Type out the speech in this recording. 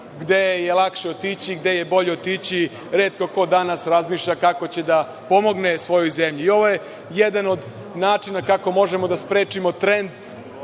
gde je lakše otići, gde je bolje otići. Retko ko danas razmišlja kako će da pomogne svojoj zemlji. Ovo je jedan od načina kako možemo da sprečimo trend